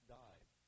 died